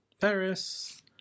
Paris